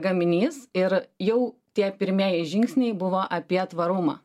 gaminys ir jau tie pirmieji žingsniai buvo apie tvarumą